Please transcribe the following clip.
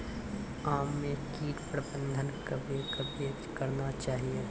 आम मे कीट प्रबंधन कबे कबे करना चाहिए?